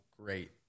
great